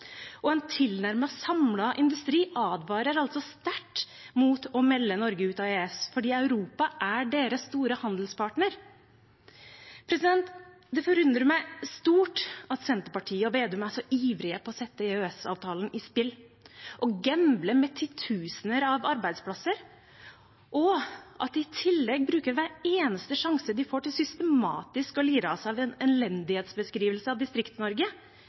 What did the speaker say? En tilnærmet samlet industri advarer sterkt mot å melde Norge ut av EØS, for Europa er deres store handelspartner. Det forundrer meg stort at Senterpartiet og representanten Slagsvold Vedum er så ivrige etter å sette EØS-avtalen på spill. Å gamble med titusener av arbeidsplasser og i tillegg bruke hver eneste sjanse de får, til systematisk å lire av seg en elendighetsbeskrivelse av